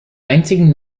einzigen